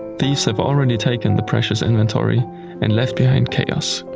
thieves have already taken the precious inventory and left behind chaos.